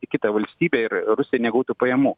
į kitą valstybę ir rusija negautų pajamų